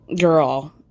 girl